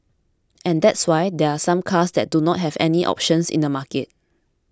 and that's why there are some cars that do not have any options in the market